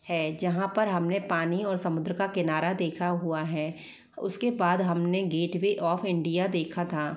है जहाँ पर हमने पानी और समुद्र का किनारा देखा हुआ है उसके बाद हमने गेटवे ऑफ इंडीया देखा था